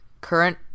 current